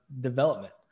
development